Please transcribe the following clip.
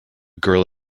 girl